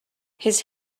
his